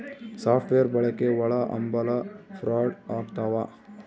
soft wear ಬಳಕೆ ಒಳಹಂಭಲ fraud ಆಗ್ತವ